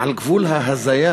על גבול ההזיה,